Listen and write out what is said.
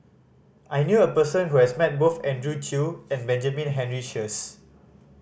I knew a person who has met both Andrew Chew and Benjamin Henry Sheares